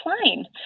plane